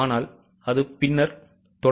ஆனால் அது பின்னர் வருகிறது